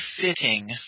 fitting